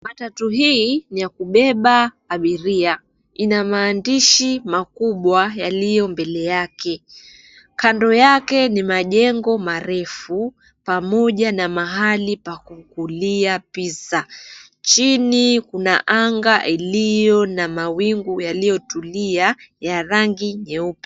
Matatu hii ni ya kubeba abiria. Ina maandishi makubwa yaliyo mbele yake. Kando yake ni majengo marefu pamoja na mahali pa kukulia pizza . Chini kuna anga ilio na mawingu yaliyotulia ya rangi nyeupe.